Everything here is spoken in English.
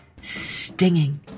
stinging